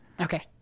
Okay